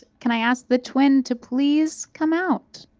can i ask the twin to please come out.